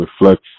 reflects